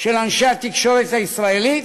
של אנשי התקשורת הישראלית,